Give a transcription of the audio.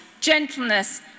gentleness